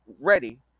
ready